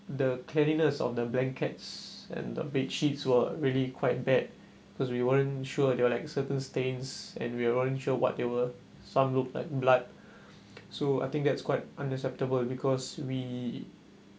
the cleanliness of the blankets and the bed sheets were really quite bad cause we weren't sure there were like certain stains and we weren't sure what they were some looked like blood so I think that's quite unacceptable because we